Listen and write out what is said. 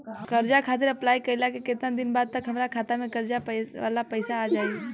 कर्जा खातिर अप्लाई कईला के केतना दिन बाद तक हमरा खाता मे कर्जा वाला पैसा आ जायी?